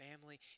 family